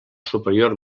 superior